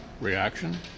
reaction